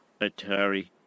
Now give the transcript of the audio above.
Atari